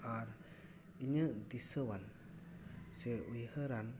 ᱟᱨ ᱤᱧᱟᱹᱜ ᱫᱤᱥᱟᱹ ᱟᱱ ᱥᱮ ᱩᱭᱦᱟᱹᱨᱟᱱ